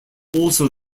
also